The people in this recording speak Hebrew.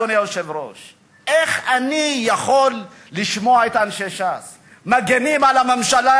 אדוני היושב-ראש: איך אני יכול לשמוע את אנשי ש"ס מגינים על הממשלה,